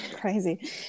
Crazy